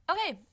Okay